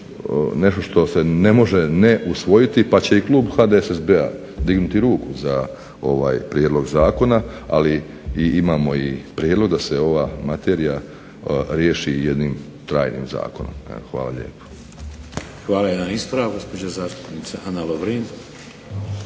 nešto što se ne može i ne usvojiti pa će i Klub HDSSB-a dignuti za ovaj prijedlog zakona. Ali imamo i prijedlog da se ova materija riješi i jednim trajnim zakonom. Evo hvala lijepo. **Šeks, Vladimir (HDZ)** Hvala. Jedan ispravak, gospođa zastupnica Ana Lovrin.